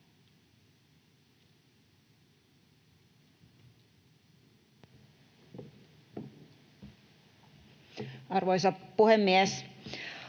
Arvoisa puhemies!